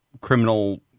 criminal